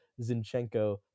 Zinchenko